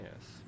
Yes